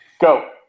go